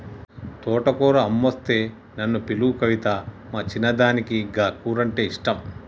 తోటకూర అమ్మొస్తే నన్ను పిలువు కవితా, మా చిన్నదానికి గా కూరంటే ఇష్టం